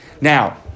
Now